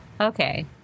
Okay